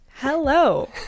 hello